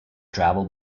travel